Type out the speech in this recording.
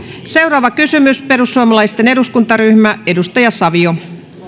seuraava kysymys perussuomalaisten eduskuntaryhmä edustaja savio